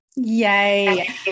Yay